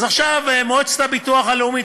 אז עכשיו מועצת הביטוח הלאומי,